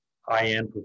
high-end